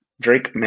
Drake